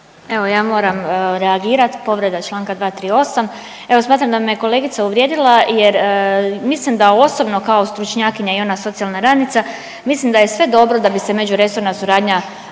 Evo ja moram reagirat, povreda čl. 238. evo smatram da me kolegica uvrijedila jer mislim da osobno kao stručnjakinja i ona socijalna radnica mislim da je sve dobro da bi se međuresorna suradnja